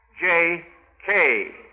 J-K